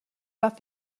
رفت